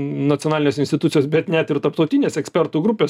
nacionalinės institucijos bet net ir tarptautinės ekspertų grupės